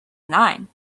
nine